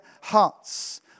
hearts